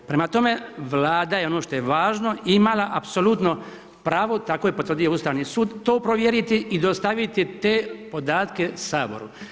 Prema tome Vlada je, ono što je važno, imala apsolutno pravo tako je potvrdio Ustavni sud to provjeriti i dostaviti te podatke saboru.